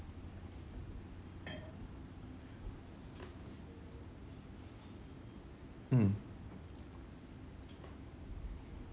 mm